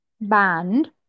band